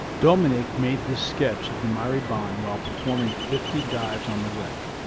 dominique made this sketch of the mairi bhan while performing fifty dives on the wreck.